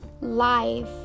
life